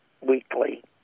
weekly